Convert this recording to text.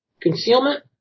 concealment